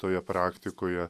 toje praktikoje